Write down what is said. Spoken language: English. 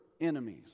enemies